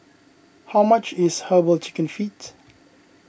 how much is Herbal Chicken Feet